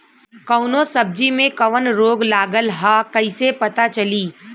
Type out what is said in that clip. कौनो सब्ज़ी में कवन रोग लागल ह कईसे पता चली?